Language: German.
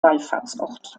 wallfahrtsort